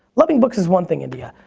loving books is one thing, india.